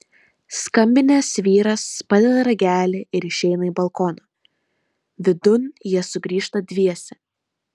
skambinęs vyras padeda ragelį ir išeina į balkoną vidun jie sugrįžta dviese